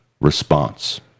response